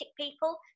people